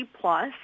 Plus